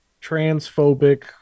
transphobic